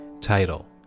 Title